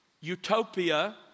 Utopia